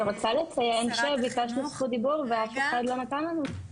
אני רוצה לציין שביקשנו זכות דיבור ואף אחד לא נתן לנו.